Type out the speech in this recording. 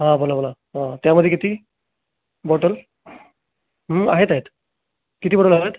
हां बोला बोला हां त्यामध्ये किती बॉटल आहेत आहेत किती बॉटल हव्या आहेत